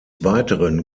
weiteren